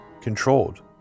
controlled